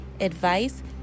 advice